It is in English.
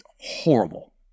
horrible